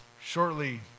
shortly